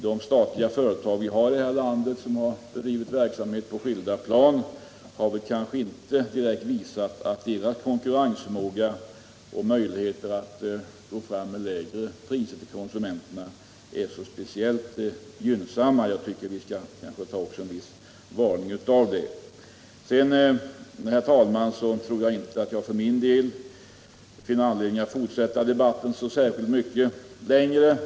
De statliga företag i det här landet som bedrivit verksamhet på skilda områden har inte visat att deras konkurrensförmåga och möjligheter att få fram lägre priser till konsumenterna är speciellt gynnsamma — jag tycker att vi skall ta en viss lärdom av det. Sedan, herr talman, tror jag inte att jag för min del finner anledning att fortsätta debatten särskilt mycket längre.